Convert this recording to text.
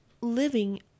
living